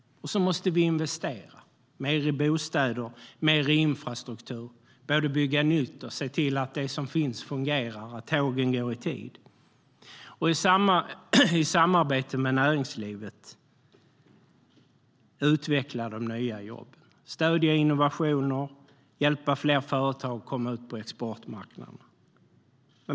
Vi måste också investera mer i bostäder och infrastruktur. Vi måste både bygga nytt och se till att det som finns fungerar, så att tågen går i tid. Vi ska utveckla de nya jobben i samarbete med näringslivet - stödja innovationer och hjälpa fler företag att komma ut på exportmarknaden.